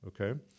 okay